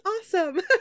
awesome